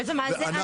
אנחנו